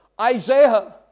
Isaiah